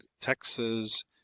texas